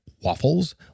Waffles